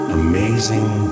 amazing